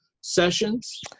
sessions